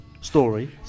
story